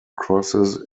crosses